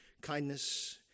kindness